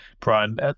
Brian